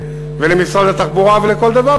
למשרד התחבורה ולכל דבר,